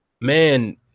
Man